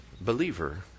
believer